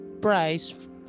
price